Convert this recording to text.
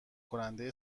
کننده